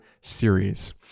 series